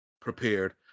prepared